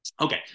Okay